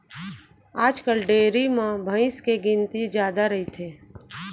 आजकाल डेयरी म भईंस के गिनती जादा रइथे